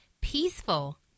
peaceful